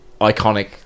iconic